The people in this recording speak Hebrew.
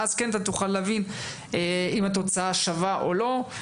ואז כן אתה תוכל להבין אם התוצאה שווה או לא.